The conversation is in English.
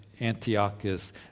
Antiochus